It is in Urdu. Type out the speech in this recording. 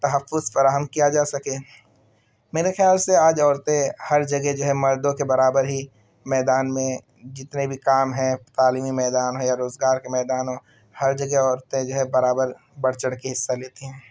تحفظ فراہم کیا جا سکے میرے خیال سے آج عورتیں ہر جگہ جو ہے مردوں کے برابر ہی میدان میں جتنے بھی کام ہیں تعلیمی میدان ہو یا روزگار کے میدان ہو ہر جگہ عورتیں جو ہے برابر بڑھ چڑھ کے حصہ لیتی ہیں